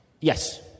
Yes